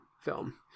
film